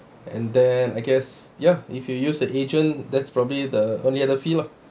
and then I guess ya if you use the agent that's probably the only other fee lah